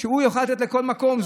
שהוא יוכל לתת לכל מקום?